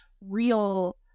real